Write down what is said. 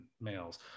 males